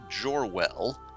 Jorwell